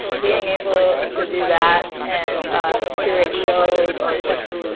being able to do that and ah curate shows or just,